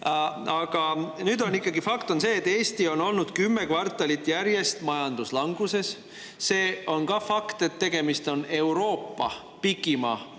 Aga fakt on ikkagi see, et Eestis on olnud kümme kvartalit järjest majanduslangus. See on ka fakt, et tegemist on Euroopa pikima